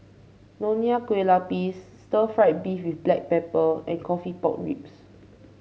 Nonya Kueh Lapis Stir Fried Beef with Black Pepper and coffee Pork Ribs